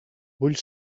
vull